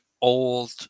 old